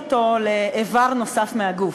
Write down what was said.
לאיבר נוסף מהגוף.